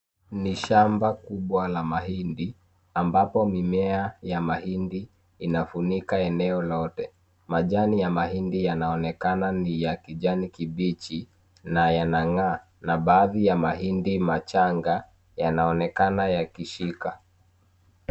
Ni shamba kubwa la mahindi ambapo mimea ya mahindi inafunika eneo lote. Majani ya mahindi yanaonekana ni ya kijani kibichi na yanang'aa na baadhi ya mahindi machanga yanaonekana yakishika.